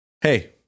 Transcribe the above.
Hey